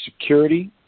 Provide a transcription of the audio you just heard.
security